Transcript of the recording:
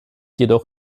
jedoch